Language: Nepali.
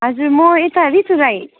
हजुर म यता रितु राई